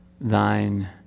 thine